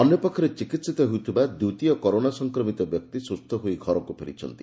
ଅନ୍ୟପକ୍ଷରେ ଚିକିିିିତ ହେଉଥିବା ଦିତୀୟ କରୋନା ସଂକ୍ରମିତ ବ୍ୟକ୍ତି ସୁସ୍ଥ ହୋଇ ଘରକୁ ଫେରିଛନ୍ତି